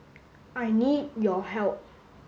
I need your help